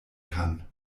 kann